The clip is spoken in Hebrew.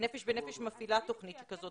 'נפש בנפש' מפעילה תוכנית כזאת,